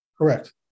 Correct